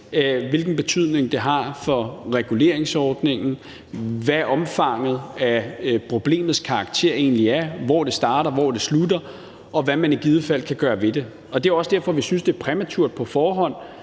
hvilken betydning det har for reguleringsordningen, hvad omfanget af problemets karakter egentlig er, hvor det starter, hvor det slutter, og hvad man i givet fald kan gøre ved det. Og det er også derfor, vi synes, det er præmaturt på forhånd